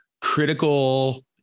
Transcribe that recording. critical